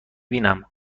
بینم